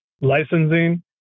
licensing